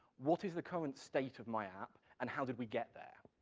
what is the current state of my app, and how did we get there?